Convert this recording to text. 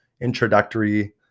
introductory